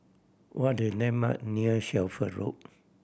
what are the landmark near Shelford Road